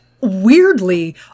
Weirdly